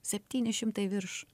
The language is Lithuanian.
septyni šimtai virš